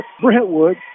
Brentwood